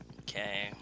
Okay